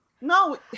no